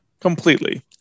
Completely